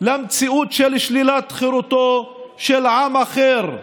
למציאות של שלילת חירותו של עם אחר.